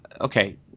okay